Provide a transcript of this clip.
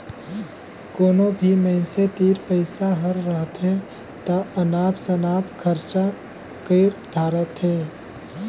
कोनो भी मइनसे तीर पइसा हर रहथे ता अनाप सनाप खरचा कइर धारथें